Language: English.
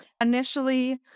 Initially